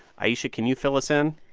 ayesha, can you fill us in?